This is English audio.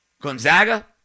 Gonzaga